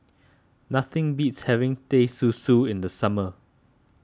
nothing beats having Teh Susu in the summer